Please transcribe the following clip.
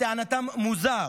לטענתם מוזר,